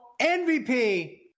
MVP